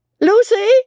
Lucy